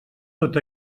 tot